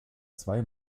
zwei